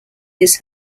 his